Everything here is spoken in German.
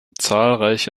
zahlreiche